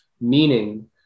meaning